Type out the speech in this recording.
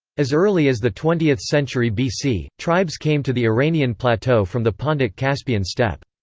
as early as the twentieth century bc, tribes came to the iranian plateau from the pontic-caspian steppe.